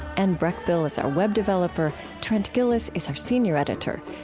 and breckbill is our web developer trent gilliss is our senior editor.